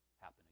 happen